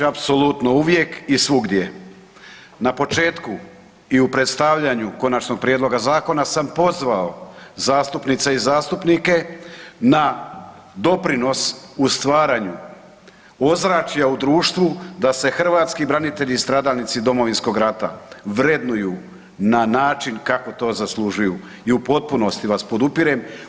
Apsolutno uvijek i svugdje, na početku i predstavljanju Konačnog prijedloga zakona sam pozvao zastupnice i zastupnike na doprinos u stvaranju ozračja u društvu da se hrvatski branitelji i stradalnici Domovinskog rata vrednuju na način kako to zaslužuju i potpunosti vas podupirem.